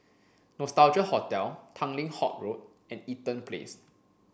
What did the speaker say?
Nostalgia Hotel Tanglin Halt Road and Eaton Place